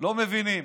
לא מבינים.